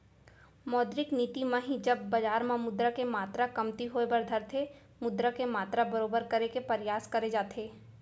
मौद्रिक नीति म ही जब बजार म मुद्रा के मातरा कमती होय बर धरथे मुद्रा के मातरा बरोबर करे के परयास करे जाथे